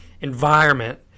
environment